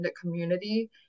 community